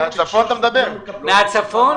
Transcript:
מהצפון?